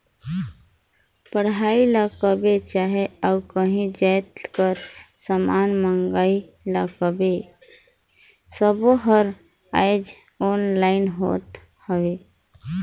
पढ़ई ल कहबे चहे अउ काहीं जाएत कर समान मंगई ल कहबे सब्बों हर आएज ऑनलाईन होत हवें